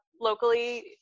locally